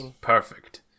perfect